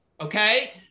Okay